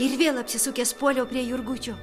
ir vėl apsisukęs puoliau prie jurgučio